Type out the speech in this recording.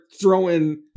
throwing